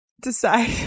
decide